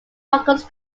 marcus